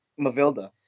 Mavilda